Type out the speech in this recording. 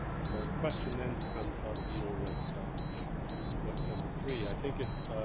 so the question then becomes how to deal with with number three. i think if